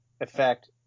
effect